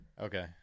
Okay